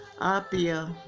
Apia